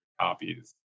copies